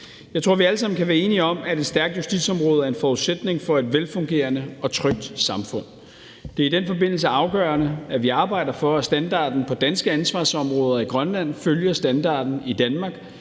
Jeg tror, at vi alle sammen kan være enige om, at et stærkt justitsområde er en forudsætning for et velfungerende og trygt samfund. Det er i den forbindelse afgørende, at vi arbejder for, at standarden på danske ansvarsområder i Grønland følger standarden i Danmark,